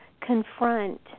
confront